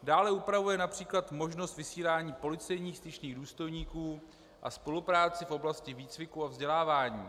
Dále upravuje např. možnost vysílání policejních styčných důstojníků a spolupráci v oblasti výcviku a vzdělávání.